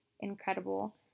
Incredible